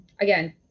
again